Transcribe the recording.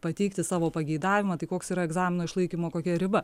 pateikti savo pageidavimą tai koks yra egzamino išlaikymo kokia riba